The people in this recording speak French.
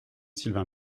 sylvain